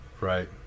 Right